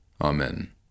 Amen